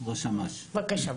טוב,